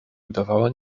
udawała